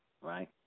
right